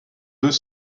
deux